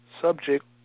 subject